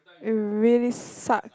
it really sucks